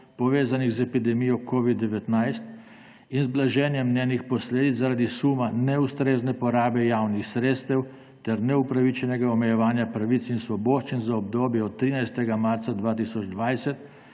povezanih z epidemijo COVID-19, in z blaženjem njenih posledic zaradi suma neustrezne porabe javnih sredstev ter neupravičenega omejevanja pravic in svoboščin za obdobje od 13. marca 2020